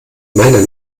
meiner